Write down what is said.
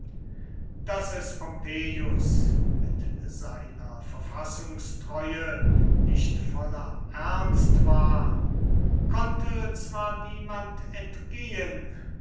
daß es pompeius mit seiner verfassungstreue nicht voller ernst war konnte zwar niemand entgehen